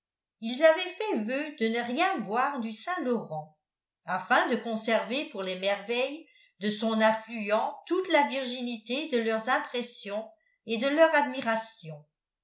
ils avaient fait vœu de ne rien voir du saint laurent afin de conserver pour les merveilles de son affluent toute la virginité de leurs impressions et de leur admiration